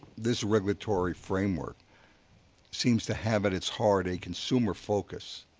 this regulatory framework seems to have at its heart a consumer focus